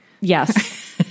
Yes